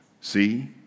See